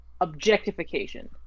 Objectification